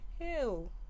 Hell